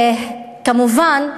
כמובן,